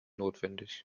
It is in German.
notwendig